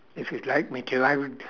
if you'd like me to I would